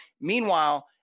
Meanwhile